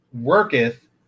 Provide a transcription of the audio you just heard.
worketh